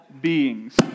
beings